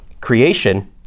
Creation